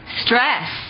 Stress